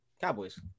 Cowboys